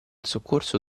soccorso